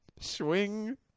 Swing